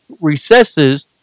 recesses